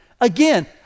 Again